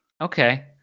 Okay